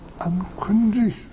unconditioned